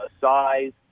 size